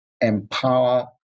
empower